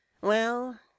Well